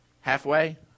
Halfway